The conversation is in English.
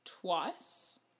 twice